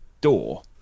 door